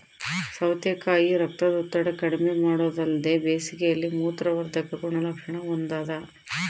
ಸೌತೆಕಾಯಿ ರಕ್ತದೊತ್ತಡ ಕಡಿಮೆಮಾಡೊದಲ್ದೆ ಬೇಸಿಗೆಯಲ್ಲಿ ಮೂತ್ರವರ್ಧಕ ಗುಣಲಕ್ಷಣ ಹೊಂದಾದ